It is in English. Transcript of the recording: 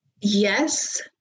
yes